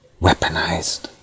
weaponized